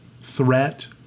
threat